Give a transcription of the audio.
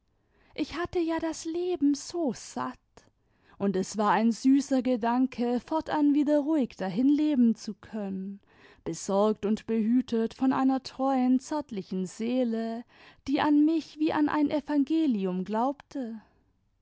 ich hatte ja das leben so satt und es war ein süßer gedanke fortan wieder ruhig dahinleben zu können besorgt und behütet von einer treuen zärtlichen seele die an mich wie an ein evangelium glaubte